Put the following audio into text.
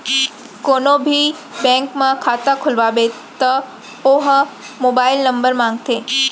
कोनो भी बेंक म खाता खोलवाबे त ओ ह मोबाईल नंबर मांगथे